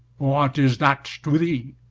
what is that to thee?